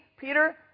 Peter